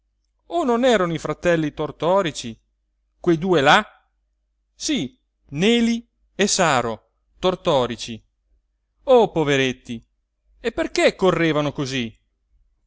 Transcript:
o non erano i fratelli tortorici quei due là sí neli e saro tortorici oh poveretti e perché correvano cosí